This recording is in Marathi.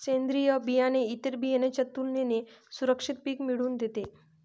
सेंद्रीय बियाणं इतर बियाणांच्या तुलनेने सुरक्षित पिक मिळवून देते